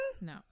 no